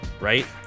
right